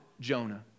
Jonah